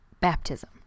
baptism